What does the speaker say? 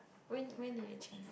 when when did it change